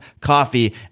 Coffee